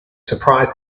surprised